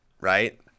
right